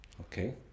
Okay